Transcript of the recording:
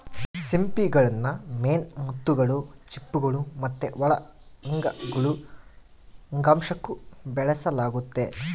ಸಿಂಪಿಗುಳ್ನ ಮೇನ್ ಮುತ್ತುಗುಳು, ಚಿಪ್ಪುಗುಳು ಮತ್ತೆ ಒಳ ಅಂಗಗುಳು ಅಂಗಾಂಶುಕ್ಕ ಬೆಳೆಸಲಾಗ್ತತೆ